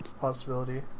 possibility